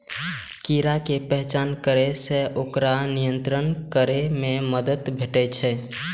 कीड़ा के पहचान करै सं ओकरा नियंत्रित करै मे मदति भेटै छै